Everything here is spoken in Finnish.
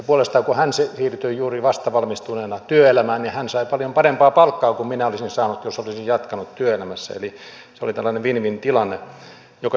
puolestaan kun hän siirtyi juuri vasta valmistuneena työelämään hän sai paljon parempaa palkkaa kuin minä olisin saanut jos olisin jatkanut työelämässä eli se oli tällainen win win tilanne joka johtui lainsäädännöstä